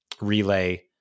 relay